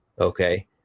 okay